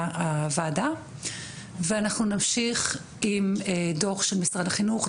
הוועדה ואנחנו נמשיך עם דוח של משרד החינוך,